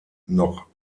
noch